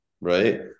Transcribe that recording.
right